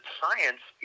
science